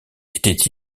étaient